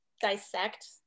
dissect